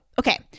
okay